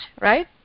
right